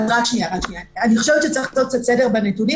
אני חושבת שצריך לעשות קצת סדר בנתונים,